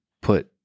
put